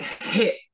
hit